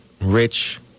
rich